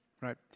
right